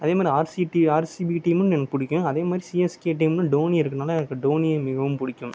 அதேமாதிரி RC team RCB டீமும் எனக்கு பிடிக்கும் அதேமாதிரி சிஎஸ்கே டீம்மில் டோனி இருக்குறதனால எனக்கு டோனியை மிகவும் பிடிக்கும்